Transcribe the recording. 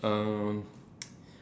um